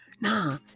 Nah